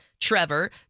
Trevor